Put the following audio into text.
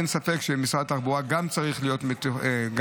אין ספק שמשרד התחבורה גם צריך להיות שותף,